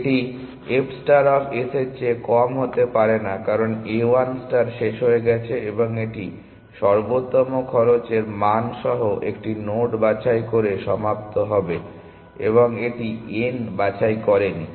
এটি f star of s এর চেয়ে কম হতে পারে না কারণ a 1 স্টার শেষ হয়ে গেছে এবং এটি সর্বোত্তম খরচের মান সহ একটি নোড বাছাই করে সমাপ্ত হবে এবং এটি n বাছাই করেনি